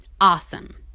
awesome